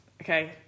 Okay